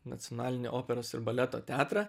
nacionalinį operos ir baleto teatrą